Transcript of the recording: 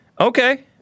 Okay